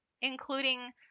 including